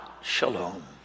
Shalom